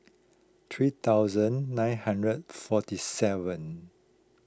three thousand nine hundred forty seven